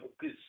good